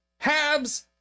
habs